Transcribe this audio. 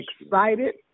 excited